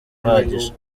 uhagije